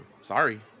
sorry